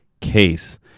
case